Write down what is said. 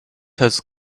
has